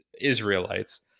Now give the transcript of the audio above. Israelites